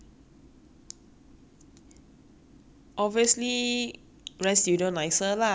obviously rent studio nicer lah like but my pockets says no lah